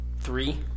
Three